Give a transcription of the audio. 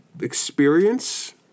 experience